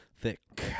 thick